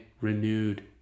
renewed